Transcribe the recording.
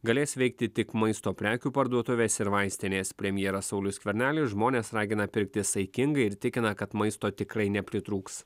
galės veikti tik maisto prekių parduotuvės ir vaistinės premjeras saulius skvernelis žmones ragina pirkti saikingai ir tikina kad maisto tikrai nepritrūks